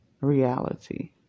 reality